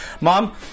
Mom